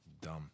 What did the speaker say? Dumb